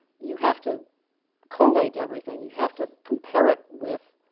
you have to collate everything you have to compare it with